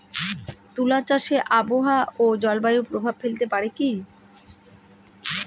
তুলা চাষে আবহাওয়া ও জলবায়ু প্রভাব ফেলতে পারে কি?